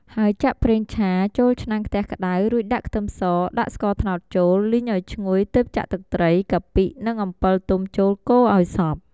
ហើយចាក់ប្រេងឆា ចូលឆ្នាំងខ្ទះក្តៅ រួចដាក់ខ្ទឹមស ដាក់ស្ករត្នោតចូល លីងឱ្យឈ្ងុយទើបចាក់ទឹកត្រី កាពិ និងអំពិលទុំចូលកូរឱ្យសព្វ។